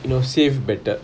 you know save better